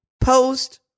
post